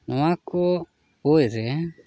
ᱱᱚᱣᱟ ᱠᱚ ᱵᱳᱭ ᱨᱮ